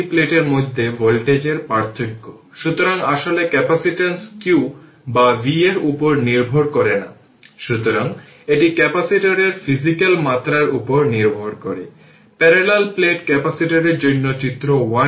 সুতরাং I0 i L 0 2 ampere আমরা দেখেছি এবং τ L R সুতরাং এটি হবে 02 t t τ 02 সেকেন্ড t 02 সুতরাং এটি e এর পাওয়ার 5 t অ্যাম্পিয়ারের জন্য t 0